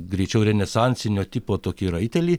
greičiau renesansinio tipo tokį raitelį